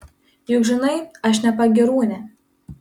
juk žinai aš ne pagyrūnė